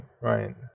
right